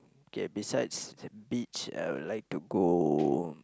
okay besides beach I would like to go